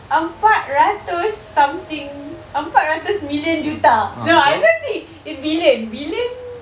empat ratus something empat ratus million juta no I don't think it's billion billion